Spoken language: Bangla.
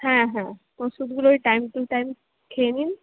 হ্যাঁ হ্যাঁ ওষুধগুলো টাইম টু টাইম খেয়ে নিন